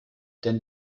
denn